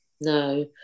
no